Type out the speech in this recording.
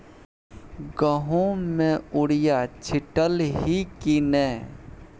गहुम मे युरिया छीटलही की नै?